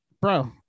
Bro